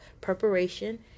Preparation